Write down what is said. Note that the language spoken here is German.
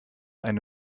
eine